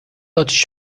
اتیش